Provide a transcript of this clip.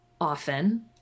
often